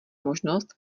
možnost